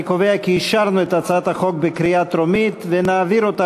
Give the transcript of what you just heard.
אני קובע כי אישרנו את הצעת החוק בקריאה טרומית ונעביר אותה